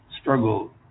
struggle